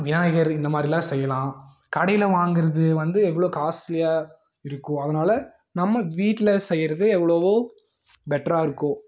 விநாயகர் இந்த மாதிரிலாம் செய்யலாம் கடையில் வாங்கிறது வந்து எவ்வளோ காஸ்ட்லியாக இருக்கும் அதனால் நம்ம வீட்டில் செய்கிறது எவ்வளோவோ பெட்ராக இருக்கும்